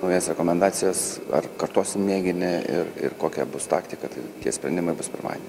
naujas rekomendacijas ar kartosim mėginį ir ir kokia bus taktika tai tie sprendimai bus pirmadienį